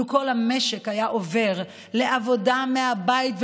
אילו כל המשק היה עובר לעבודה מהבית,